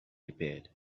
repaired